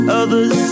others